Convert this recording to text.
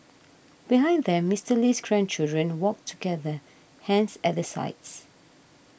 behind them Mister Lee's grandchildren walked together hands at their sides